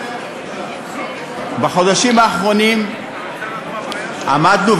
בחודשים האחרונים עמדנו,